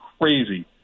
crazy